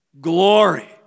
glory